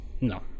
No